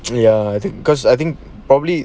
ya I think cause I think probably